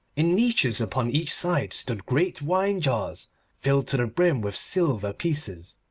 in niches upon each side stood great wine-jars filled to the brim with silver pieces.